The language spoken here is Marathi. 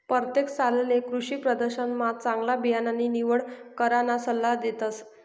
परतेक सालले कृषीप्रदर्शनमा चांगला बियाणानी निवड कराना सल्ला देतस